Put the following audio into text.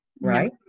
right